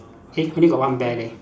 eh only got one bear leh